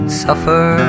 suffer